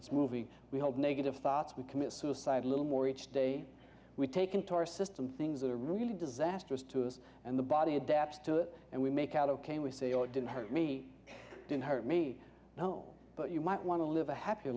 its movie we hold negative thoughts we commit suicide a little more each day we take into our system things that are really disastrous to us and the body adapts to it and we make out ok we say oh it didn't hurt me didn't hurt me no but you might want to live a happy